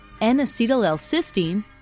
N-acetyl-L-cysteine